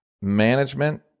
management